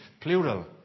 plural